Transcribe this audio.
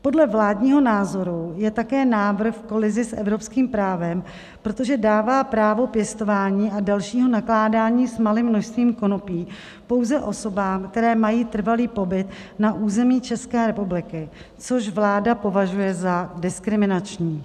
Podle vládního názoru je také návrh v kolizi s evropským právem, protože dává právo pěstování a dalšího nakládání s malým množstvím konopí pouze osobám, které mají trvalý pobyt na území České republiky, což vláda považuje za diskriminační.